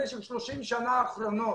במשך 30 השנים האחרונות,